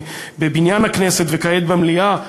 בבניין הכנסת וכעת במליאה,